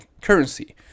currency